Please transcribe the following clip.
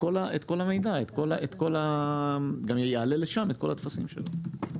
כל המידע, את כל, גם יעלה לשם את כל הטפסים שלו.